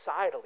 societally